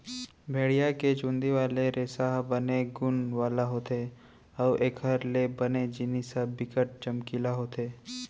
भेड़िया के चुंदी वाले रेसा ह बने गुन वाला होथे अउ एखर ले बने जिनिस ह बिकट चमकीला होथे